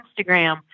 Instagram